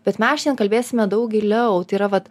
bet mes kalbėsime daug giliau tai yra vat